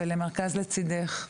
ולמרכז "לצידך".